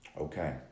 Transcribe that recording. Okay